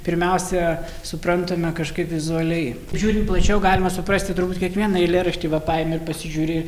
pirmiausia suprantame kažkaip vizualiai žiūrint plačiau galima suprasti turbūt kiekvieną eilėraštį va paimi ir pasižiūri